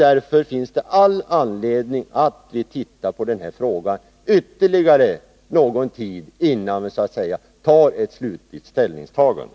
Därför finns det all anledning att utreda den här frågan ytterligare någon tid, innan vi gör ett slutligt ställningstagande.